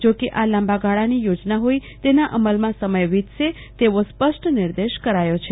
જોકે આ લાંબા ગાળાની યોજના હોઈ તેના અમલમાં સમય વિતશે તેવો સ્પષ્ટ નિર્દેશ કરાયો છે